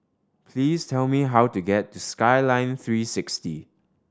please tell me how to get to Skyline three six D